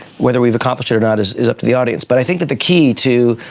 whether we've accomplished it or not is is up to the audience, but i think that the key to